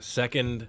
second